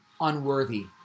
unworthy